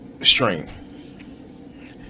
stream